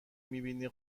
میبینی